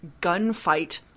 gunfight